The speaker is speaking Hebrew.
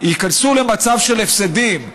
ייכנסו למצב של הפסדים,